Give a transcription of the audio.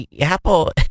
Apple